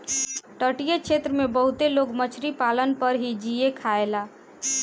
तटीय क्षेत्र में बहुते लोग मछरी पालन पर ही जिए खायेला